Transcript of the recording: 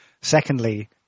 Secondly